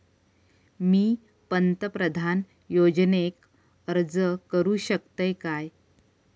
मी पंतप्रधान योजनेक अर्ज करू शकतय काय?